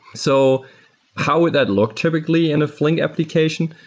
so how would that look typically in a flink application?